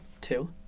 Two